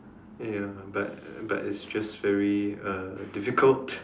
ya but but it's just very uh difficult